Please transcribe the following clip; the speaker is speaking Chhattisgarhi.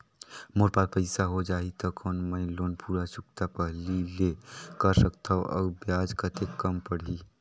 मोर पास पईसा हो जाही त कौन मैं लोन पूरा चुकता पहली ले कर सकथव अउ ब्याज कतेक कम पड़ही?